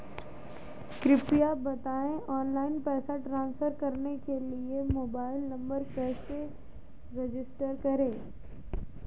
कृपया बताएं ऑनलाइन पैसे ट्रांसफर करने के लिए मोबाइल नंबर कैसे रजिस्टर करें?